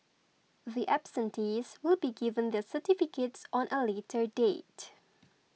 the absentees will be given their certificates on a later date